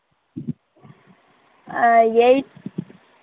এই